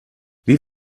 wie